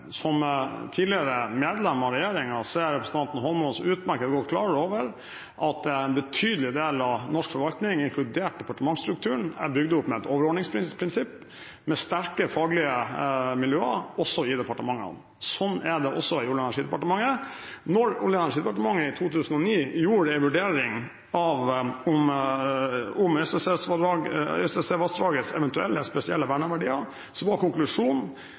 Som tidligere medlem av regjeringen vet representanten Eidsvoll Holmås utmerket godt at en betydelig del av norsk forvaltning, inkludert departementsstrukturen, er bygd opp etter et overordningsprinsipp med sterke faglige miljøer også i departementene. Sånn er det også i Olje- og energidepartementet. Da Olje- og energidepartementet i 2009 gjorde en vurdering av Øystesevassdragets eventuelle spesielle verneverdier, var konklusjonen i departementet at slike verdier ikke var